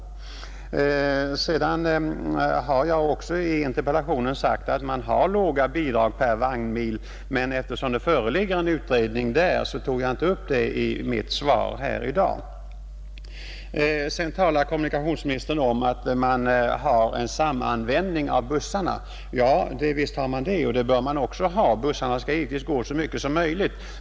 I min interpellation har jag också pekat på att man har låga bidrag per vagnmil, men eftersom det föreligger en utredning på den punkten tog jag inte upp det i mitt anförande här i dag. Sedan talar kommunikationsministern om att man har en samanvändning av bussarna, Ja, visst har man det, och det bör man ha. Bussarna skall givetvis gå så mycket som möjligt.